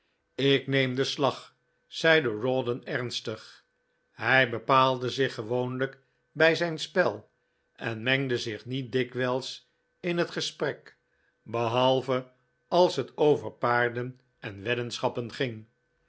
ik neem den slag zeide rawdon ernstig hij bepaalde zich gewoonlijk bij zijn spel en mengde zich niet dikwijls in het gesprek behalve als dat over paarden en weddenschappen ging